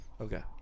Okay